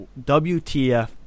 WTF